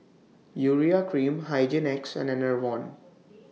Urea Cream Hygin X and Enervon